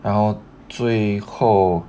然后最后